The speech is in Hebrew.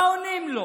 מה עונים לו?